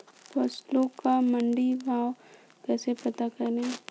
फसलों का मंडी भाव कैसे पता करें?